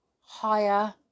higher